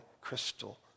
Crystal